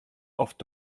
oft